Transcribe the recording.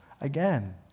again